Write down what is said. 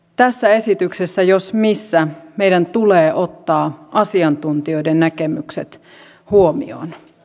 tässä esityksessä jos missä meidän tulee ottaa asiantuntijoiden näkemykset huomioon